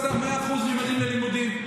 100% של ממדים ללימודים.